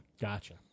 Gotcha